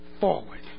forward